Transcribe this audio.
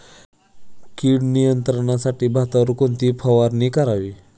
कीड नियंत्रणासाठी भातावर कोणती फवारणी करावी?